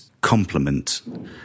complement